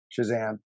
Shazam